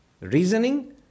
reasoning